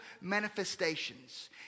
manifestations